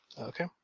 Okay